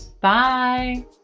Bye